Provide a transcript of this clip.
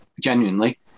genuinely